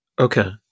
Okay